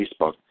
Facebook